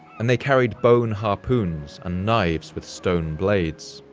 and they carried bone harpoons and knives with stone blades.